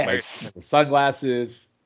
Sunglasses